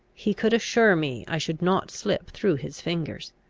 he could assure me i should not slip through his fingers.